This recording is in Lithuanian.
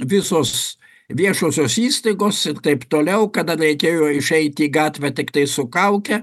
visos viešosios įstaigos ir taip toliau kada reikėjo išeiti į gatvę tiktai su kauke